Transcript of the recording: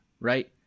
right